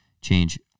change